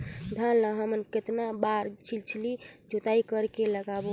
धान ला हमन कतना बार छिछली जोताई कर के लगाबो?